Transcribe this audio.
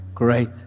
Great